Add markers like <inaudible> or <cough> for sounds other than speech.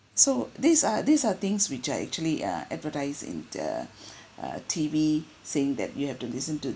so these are these are things which are actually uh advertised in the <breath> uh T_V saying that you have to listen to